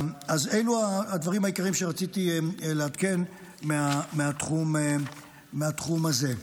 אז אלה הדברים העיקריים שרציתי לעדכן מהתחום הזה.